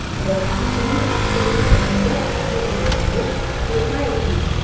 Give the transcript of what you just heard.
their std tested. you're going to get that paperwork with your cryotank.